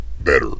better